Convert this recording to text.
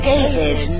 David